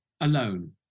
alone